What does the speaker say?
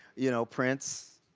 you know, prince,